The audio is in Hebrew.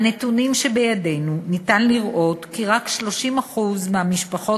מהנתונים שבידינו ניתן לראות כי רק 30% מהמשפחות